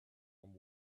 and